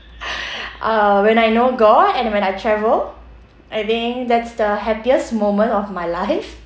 uh when I know god and when I travel I think that's the happiest moment of my life